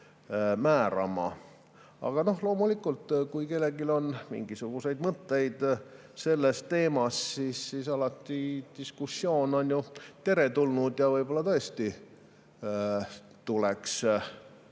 määrama. Aga loomulikult, kui kellelgi on mingisuguseid mõtteid sellel teemal, siis diskussioon on alati teretulnud. Võib-olla tõesti tuleks